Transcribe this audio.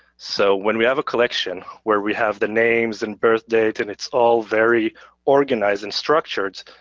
so when we have a collection where we have the names and birthdate and it's all very organized and structured,